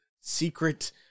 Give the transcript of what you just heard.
secret